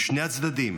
משני הצדדים